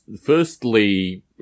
firstly